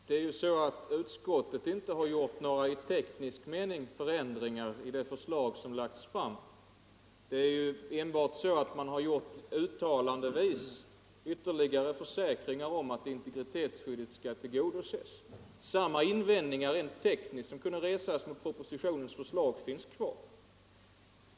Herr talman! Utskottet har inte i teknisk mening gjort någon ändring i det förslag som lagts fram. Det är bara så att utskottet uttalandevis har givit ytterligare försäkringar om att integritetsskyddet skall tillgodoses. Men samma invändningar som rent tekniskt kunde resas mot propositionens förslag finns kvar.